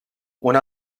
una